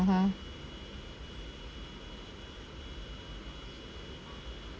(uh huh)